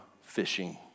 fishing